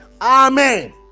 Amen